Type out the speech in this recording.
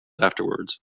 afterwards